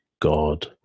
God